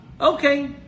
okay